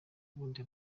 ubundi